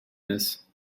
this